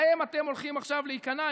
להם אתם הולכים עכשיו להיכנע,